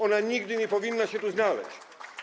Ona nigdy nie powinna się tu znaleźć.